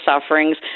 sufferings